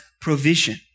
provision